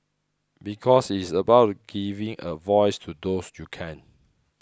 because it is about giving a voice to those you can't